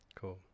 Cool